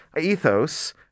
ethos